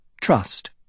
Trust